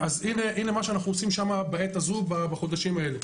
הנה, מה שאנחנו עושים שם בעת הזו, בחודשים האלה.